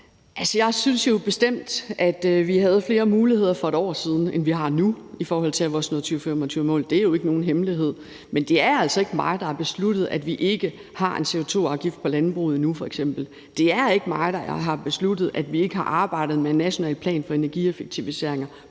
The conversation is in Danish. jeg synes jo bestemt, at vi havde flere muligheder for et år siden, end vi har nu, i forhold til at nå vores 2025-mål – det er jo ikke nogen hemmelighed. Men det er altså ikke mig, der har besluttet, at vi f.eks. ikke har en CO2-afgift på landbruget endnu. Det er ikke mig, der har besluttet, at vi ikke har arbejdet med en national plan for energieffektiviseringer,